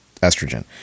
estrogen